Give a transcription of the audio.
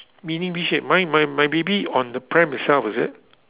mini V shape mine my my baby on the pram itself is it